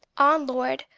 on, lord,